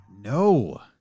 No